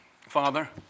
Father